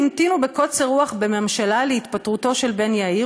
המתינו בקוצר רוח בממשלה להתפטרותו של בן יאיר,